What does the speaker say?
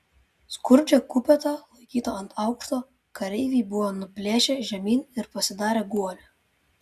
skurdžią kupetą laikytą ant aukšto kareiviai buvo nuplėšę žemyn ir pasidarę guolį